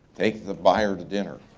take the buyer to dinner?